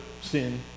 sin